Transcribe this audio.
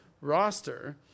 roster